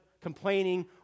complaining